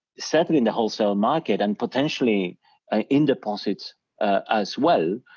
settle in the wholesale market and potentially ah in deposits as well,